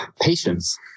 Patience